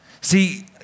See